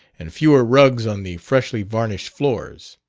and fewer rugs on the freshly-varnished floors.